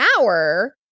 hour